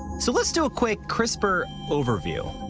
so, let's do a quick crispr overview.